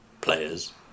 players